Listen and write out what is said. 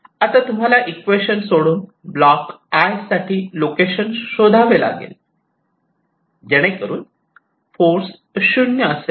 आता तुम्हाला इक्वेशन सोडवून ब्लॉक 'I' साठी लोकेशन शोधावे लागेल जेणेकरून फोर्स 0 असेल